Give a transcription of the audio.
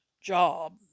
job